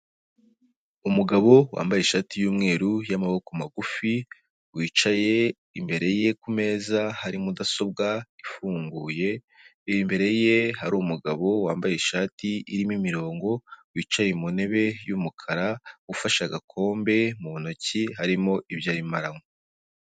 Umugabo wambaye ishati y'umweru y'amaboko magufi, wicaye imbere ye ku meza hari mudasobwa ifunguye, imbere ye hari umugabo wambaye ishati irimo imirongo, wicaye mu ntebe y'umukara, ufashe agakombe mu ntoki harimo ibyo arimo aranywa.